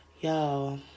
Y'all